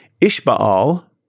Ishbaal